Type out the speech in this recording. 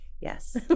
Yes